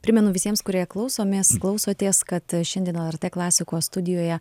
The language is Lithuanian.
primenu visiems kurie klausomės klausotės kad šiandien lrt klasikos studijoje